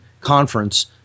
conference